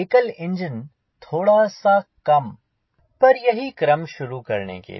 एकल इंजन थोड़ा सा कम पर यही क्रम शुरू करने के लिए